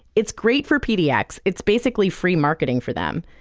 it's great for pdx. it's basically free marketing for them,